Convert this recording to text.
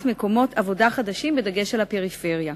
מקומות עבודה חדשים בדגש על הפריפריה.